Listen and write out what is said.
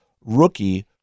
rookie